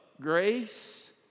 grace